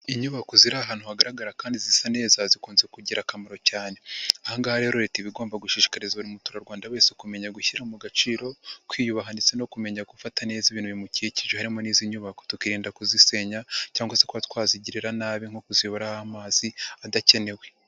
Inyubako ziri ahantu hagaragara kandi zisa neza zikunze kugira akamaro cyane, aha ngaha rero Leta iba igomba gushishikariza buri Muturarwanda wese kumenya gushyira mu gaciro kwiyubaha ndetse no kumenya gufata neza ibintu bimukikije harimo n'izi nyubako, tukirinda kuzisenya cyangwa se kuba twazigirira nabi nko kuziyoboraho amazi adakenewe.